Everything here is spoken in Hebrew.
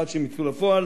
עד שהן יצאו לפועל